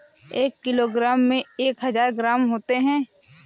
एक किलोग्राम में एक हजार ग्राम होते हैं